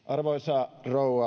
arvoisa rouva